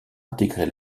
intégrer